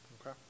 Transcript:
okay